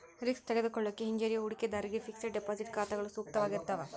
risk ತೆಗೆದುಕೊಳ್ಳಿಕ್ಕೆ ಹಿಂಜರಿಯೋ ಹೂಡಿಕಿದಾರ್ರಿಗೆ ಫಿಕ್ಸೆಡ್ ಡೆಪಾಸಿಟ್ ಖಾತಾಗಳು ಸೂಕ್ತವಾಗಿರ್ತಾವ